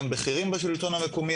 גם בכירים בשלטון המקומי.